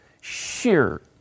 sheer